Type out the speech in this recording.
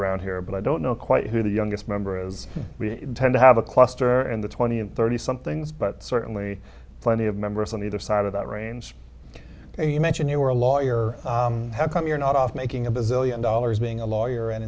around here but i don't know quite who the youngest member is we tend to have a cluster and the twenty and thirty somethings but certainly plenty of members on either side of that range and you mentioned you were a lawyer how come you're not off making a bazillion dollars being a lawyer and